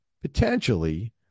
potentially